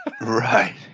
Right